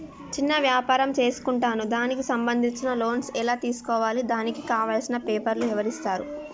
చిన్న వ్యాపారం చేసుకుంటాను దానికి సంబంధించిన లోన్స్ ఎలా తెలుసుకోవాలి దానికి కావాల్సిన పేపర్లు ఎవరిస్తారు?